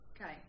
Okay